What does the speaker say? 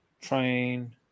Train